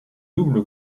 double